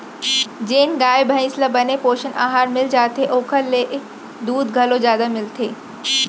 जेन गाय भईंस ल बने पोषन अहार मिल जाथे ओकर ले दूद घलौ जादा मिलथे